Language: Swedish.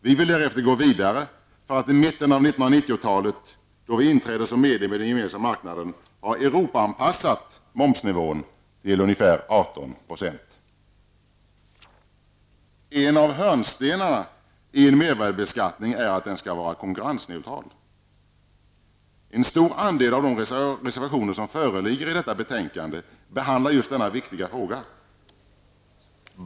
Vi vill därefter gå vidare för att i mitten av 1990-talet, då Sverige inträder som medlem i den gemensamma marknaden, ha En av hörnstenarna i en mervärdesbeskattning är att den skall vara konkurrensneutral. En stor andel av de reservationer som föreligger i detta betänkande behandlar just denna viktiga fråga.